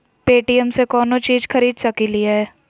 Paytm से कौनो चीज खरीद सकी लिय?